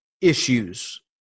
issues